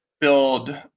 build